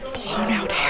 blown-out